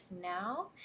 now